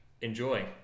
enjoy